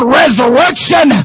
resurrection